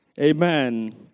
Amen